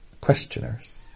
questioners